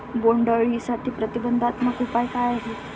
बोंडअळीसाठी प्रतिबंधात्मक उपाय काय आहेत?